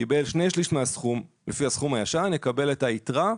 קיבל שני שליש מהסכום לפי הסכום הישן יקבל את היתרה,